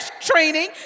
training